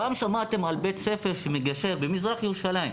פעם שמעתם על בית ספר שמגשר במזרח ירושלים?